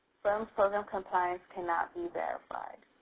firms program compliance cannot be verified.